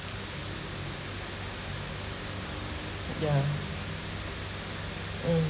yeah mm